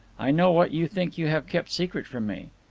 i know what you think you have kept secret from me.